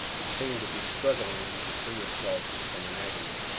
it seemed to be struggling to free itself from an agony.